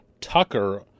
Tucker